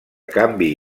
canvi